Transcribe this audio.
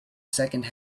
second